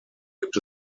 gibt